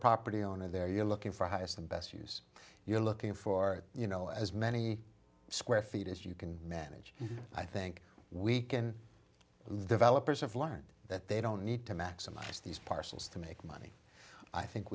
property owner there you're looking for highest and best use you're looking for you know as many square feet as you can manage i think we can the developers have learned that they don't need to maximise these parcels to make money i think